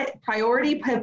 priority